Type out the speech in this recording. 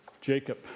Jacob